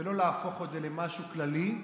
ולא להפוך את זה למשהו כללי,